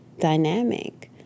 dynamic